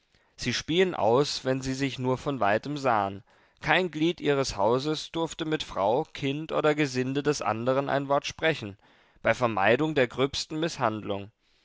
sie spien aus wenn sie sich nur von weitem sahen kein glied ihres hauses durfte mit frau kind oder gesinde des andern ein wort sprechen bei vermeidung der gröbsten mißhandlung